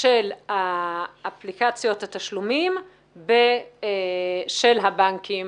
של אפליקציות התשלומים של הבנקים?